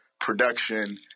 production